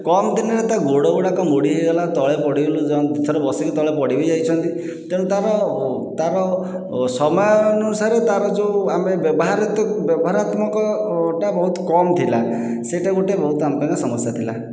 କମ୍ ଦିନରେ ତା ଗୋଡ଼ ଗୁଡ଼ାକ ମୋଡ଼ି ହୋଇଗଲା ତଳେ ପଡ଼ିଗଲୁ ଜଣେ ଦିଥର ବସିକି ତଳେ ପଡ଼ି ବି ଯାଇଛନ୍ତି ତେଣୁ ତାର ତାର ସମୟ ଅନୁସାରେ ତାର ଯେଉଁ ଆମେ ବ୍ୟବହାର ବ୍ୟବହାରତ୍ମକ ଟା ବହୁତ କମ୍ ଥିଲା ସେଇଟା ଗୋଟିଏ ବହୁତ ଆମ ପାଇଁ ସମସ୍ୟା ଥିଲା